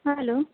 hello